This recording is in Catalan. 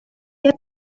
què